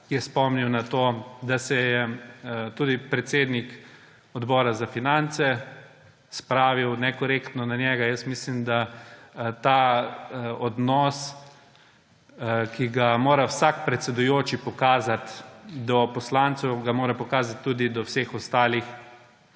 je spomnil na to, da se je tudi predsednik Obora za finance spravil nekorektno na njega. Mislim, da mora ta odnos, ki ga mora vsak predsedujoči pokazati do poslancev, pokazati tudi do vseh ostalih